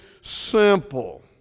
simple